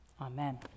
amen